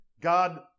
God